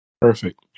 Perfect